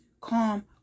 calm